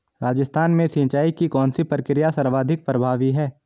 राजस्थान में सिंचाई की कौनसी प्रक्रिया सर्वाधिक प्रभावी है?